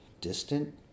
distant